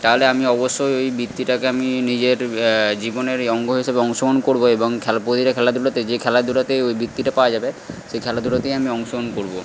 তাহলে আমি অবশ্যই ওই বৃত্তিটাকে আমি নিজের জীবনের এই অঙ্গ হিসেবে অংশগ্রহণ করব এবং খেলা প্রতিটা খেলাধূলাতে যে খেলাধূলাতে ওই বৃত্তিটা পাওয়া যাবে সেই খেলাধূলাতেই আমি অংশগ্রহণ করব